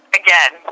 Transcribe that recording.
again